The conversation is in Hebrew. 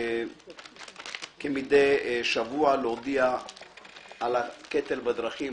כמדי שבוע, להודיע על הקטל בדרכים.